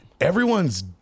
everyone's